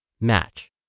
Match